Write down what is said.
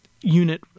unit